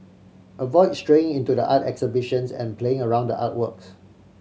avoid straying into the art exhibitions and playing around the artworks